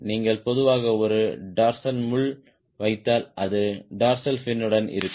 நீங்கள் பொதுவாக ஒரு டார்சல் முள் வைத்தால் அது டார்சல் ஃபினுடன் இருக்கும்